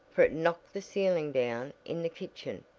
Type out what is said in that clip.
for it knocked the ceiling down in the kitchen,